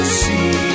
see